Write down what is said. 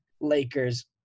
Lakers